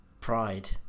pride